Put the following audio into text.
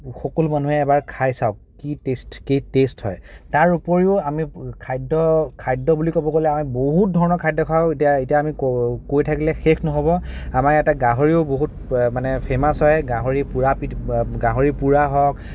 সকলো মানুহে এবাৰ খাই চাওঁক কি টেষ্ট কি টেষ্ট হয় তাৰ ওপৰিও আমি খাদ্য খাদ্য বুলি ক'ব গ'লে আমি বহুত ধৰণৰ খাদ্য খাওঁ এতিয়া এতিয়া আমি কৈ থাকিলে শেষ নহ'ব আমাৰ ইয়াতে গাহৰিও বহুত মানে ফেমাচ হয় মানে গাহৰি পুৰা গাহৰি পুৰা হওঁক